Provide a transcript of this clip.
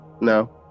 No